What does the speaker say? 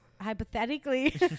hypothetically